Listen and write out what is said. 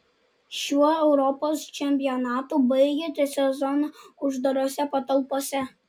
šiuo europos čempionatu baigėte sezoną uždarose patalpose